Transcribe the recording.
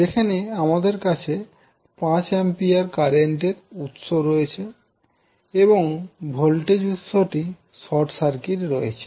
যেখানে আমাদের কাছে 5 অ্যাম্পিয়ার কারেন্ট এর উৎস রয়েছে এবং ভোল্টেজ উৎসটি শর্ট সার্কিট রয়েছে